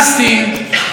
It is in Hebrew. או בשמו היפני: